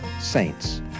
Saints